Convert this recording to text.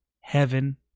heaven